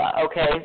Okay